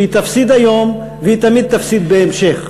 שהיא תפסיד היום והיא תמיד תפסיד בהמשך.